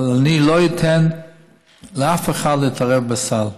אבל אני לא אתן לאף אחד להתערב בסל,